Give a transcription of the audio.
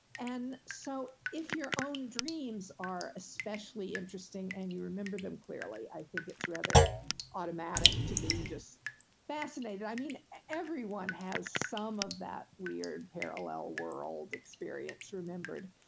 and so if your own dreams are especially interesting and you remember them clearly i think it's rather automatic to be just fascinated. i mean, everyone has some of that weird parallel world experience remembered,